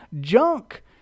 junk